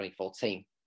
2014